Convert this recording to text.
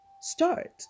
Start